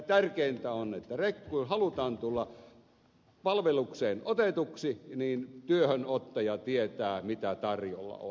tärkeintä on että kun halutaan tulla palvelukseen otetuksi niin työhönottaja tietää mitä tarjolla on